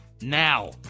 now